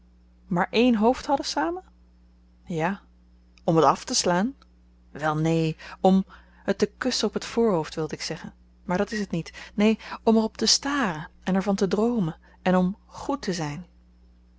maar één hoofd hadden samen ja om t afteslaan wel neen om het te kussen op t voorhoofd wilde ik zeggen maar dat is het niet neen om er op te staren en er van te droomen en om goed te zyn